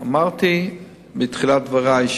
אמרתי בתחילת דברי,